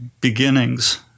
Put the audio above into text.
beginnings